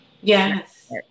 yes